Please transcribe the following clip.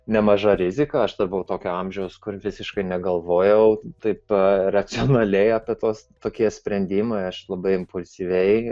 nemaža rizika aš dirbau tokio amžiaus kur visiškai negalvojau taip racionaliai apie tuos tokie sprendimai aš labai impulsyviai